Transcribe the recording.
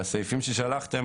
הסעיפים ששלחתם